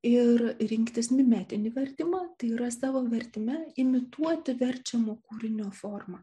ir rinktis metinį vertimą tai yra savo vertime imituoti verčiamo kūrinio formą